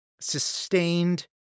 sustained